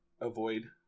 avoid